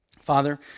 Father